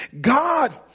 God